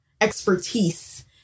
expertise